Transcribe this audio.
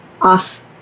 off